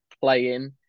playing